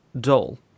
dull